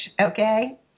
Okay